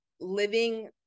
living